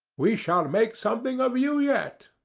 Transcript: we shall make something of you yet.